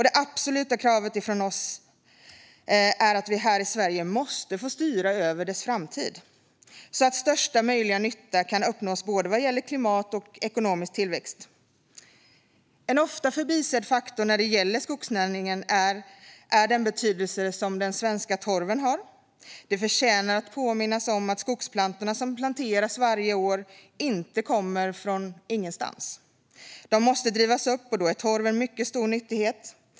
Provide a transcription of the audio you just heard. Det absoluta kravet från oss är att vi här i Sverige måste få styra över skogens framtid, så att största möjliga nytta kan uppnås vad gäller både klimat och ekonomisk tillväxt. En ofta förbisedd faktor när det gäller skogsnäringen är den betydelse som den svenska torven har. Det förtjänar att påminnas om att skogsplantorna som planteras varje år inte kommer från ingenstans. De måste drivas upp, och då är torv en mycket stor nyttighet.